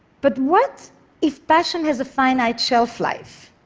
but what if passion has a finite shelf life?